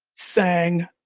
sang,